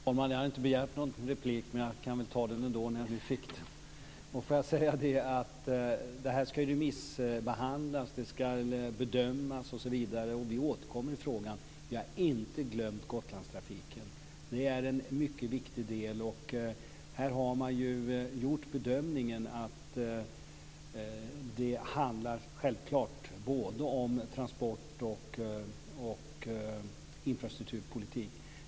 Fru talman! Jag hade egentligen inte begärt replik men jag kan väl ta replik när jag nu fick tillfälle till det. Det här ska ju remissbehandlas, bedömas osv. Vi återkommer i frågan. Vi har inte glömt Gotlandstrafiken, utan den är en mycket viktig del. Här har man gjort bedömningen att det självklart handlar om både transport och infrastrukturpolitik.